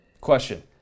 Question